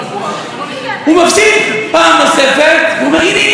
הוא מפסיד פעם נוספת והוא אומר: הינה,